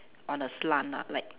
on a slant ah like